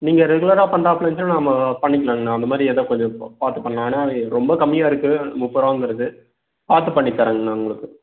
நீங்கள் ரெகுலராக பண்ணுறாலாப்லன்னா நம்ப பண்ணிக்கலாங்கண்ணா அந்தமாதிரி ஏதோ கொஞ்சம் பா பார்த்து பண்ணலாம் ஆனால் இது ரொம்ப கம்மியாக இருக்குது முப்பதுரூபாங்கிறது பார்த்து பண்ணி தரேங்கண்ணா உங்களுக்கு